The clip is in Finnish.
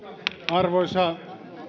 arvoisa